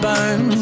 Burn